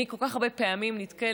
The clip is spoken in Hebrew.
אני כל כך הרבה פעמים נתקלת,